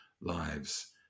lives